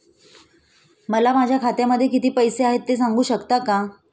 मला माझ्या खात्यामध्ये किती पैसे आहेत ते सांगू शकता का?